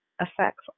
Affects